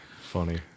Funny